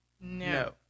no